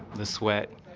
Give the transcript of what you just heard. the sweat.